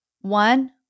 One